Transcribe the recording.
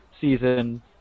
season